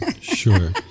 sure